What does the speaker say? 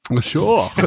Sure